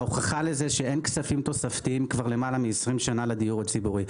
ההוכחה היא שאין כספים תוספתיים כבר למעלה מ-20 שנה לדיור הציבורי.